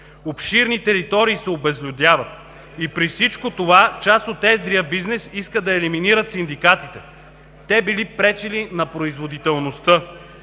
Обширни територии се обезлюдяват. И при всичко това част от едрия бизнес иска да елиминира синдикатите. Те били пречили на производителността!?